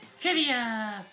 trivia